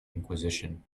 inquisition